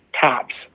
tops